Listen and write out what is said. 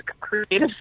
creative